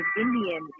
Indian